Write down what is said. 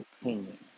opinion